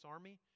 Army